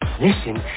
Listen